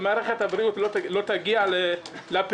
ומערכת הבריאות לא תגיע לפריפריה,